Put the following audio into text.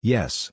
Yes